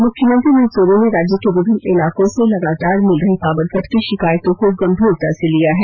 मुख्यमंत्री हेमंत सोरेन ने राज्य के विभिन्न इलाकों से लगातार मिल रही पावर कट की शिकायतों को गंभीरता से लिया है